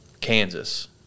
kansas